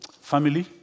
Family